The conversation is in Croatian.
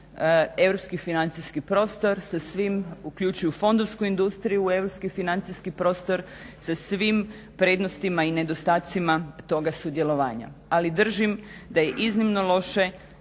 europski financijski prostor sa svim uključuju fondovsku industriju europski financijski prostor sa svim prednostima i nedostacima toga sudjelovanja ali držim da je iznimno loše